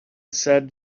said